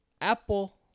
Apple